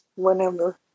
Whenever